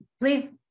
please